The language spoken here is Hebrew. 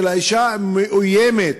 של האישה המאוימת,